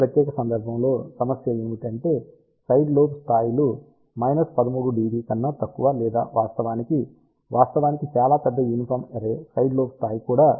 ఈ ప్రత్యేక సందర్భంలో సమస్య ఏమిటంటే సైడ్ లోబ్ స్థాయిలు 13 dB కన్నా తక్కువ లేదా వాస్తవానికి వాస్తవానికి చాలా పెద్ద యూనిఫాం అర్రే సైడ్ లోబ్ స్థాయి కూడా 13